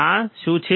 આ શું છે